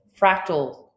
fractal